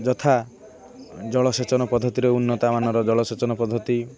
ଯଥା ଜଳସେଚନ ପଦ୍ଧତିରେ ଉନ୍ନତମାନର ଜଳସେଚନ ପଦ୍ଧତି